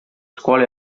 scuole